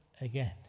again